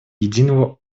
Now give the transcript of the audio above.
единого